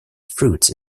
fruits